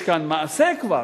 יש כאן מעשה כבר.